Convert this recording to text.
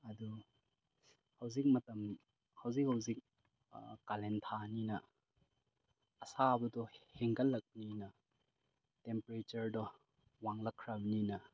ꯑꯗꯨ ꯍꯧꯖꯤꯛ ꯃꯇꯝ ꯍꯧꯖꯤꯛ ꯍꯧꯖꯤꯛ ꯀꯥꯂꯦꯟ ꯊꯥꯅꯤꯅ ꯑꯁꯥꯕꯗꯣ ꯍꯦꯟꯒꯠꯂꯛꯄꯅꯤꯅ ꯇꯦꯝꯄꯔꯦꯆꯔꯗꯣ ꯋꯥꯡꯂꯛꯈꯔꯕꯅꯤꯅ